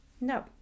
No